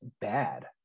bad